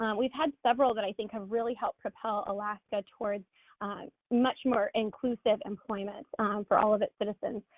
um we've had several that i think of really helped propel alaska towards much more inclusive employment for all of its citizens.